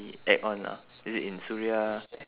act on lah is it in suria